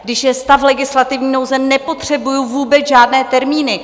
Když je stav legislativní nouze, nepotřebuji vůbec žádné termíny.